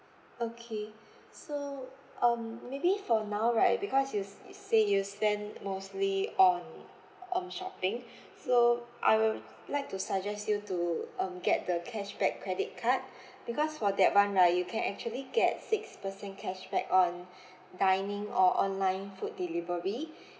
okay so um maybe for now right because you you said you spend mostly on on shopping so I will like to suggest you to um get the cashback credit card because for that one right you can actually get six percent cashback on dining or online food delivery